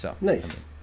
nice